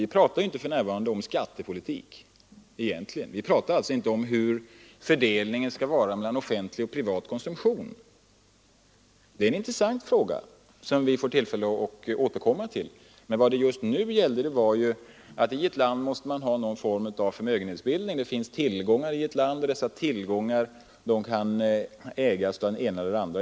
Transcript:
Vi talar för närvarande egentligen inte om skattepolitik, vi talar inte om hurdan fördelningen skall vara mellan offentlig och privat konsumtion. Det är en intressant fråga, som vi får tillfälle att återkomma till, men vad det just nu gäller är att man i ett land måste ha någon form av förmögenhetsbildning och att denna kan ske på olika vis. Det finns tillgångar i ett land, och dessa tillgångar kan ägas av den ena eller den andra.